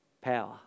power